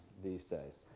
these days?